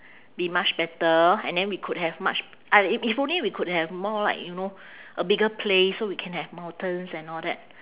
be much better and then we could have much I i~ if only we could have more like you know a bigger place so we can have mountains and all that